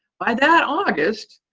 by that august,